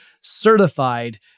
certified